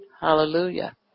Hallelujah